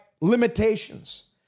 limitations